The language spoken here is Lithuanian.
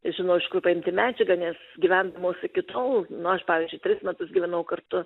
žino iš kur paimti medžiagą nes gyvendamos iki tol nu aš pavyzdžiui tris metus gyvenau kartu